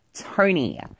Tony